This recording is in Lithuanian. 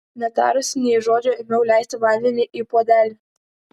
netarusi nė žodžio ėmiau leisti vandenį į puodelį